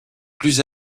plus